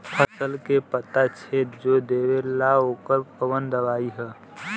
फसल के पत्ता छेद जो देवेला ओकर कवन दवाई ह?